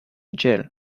jell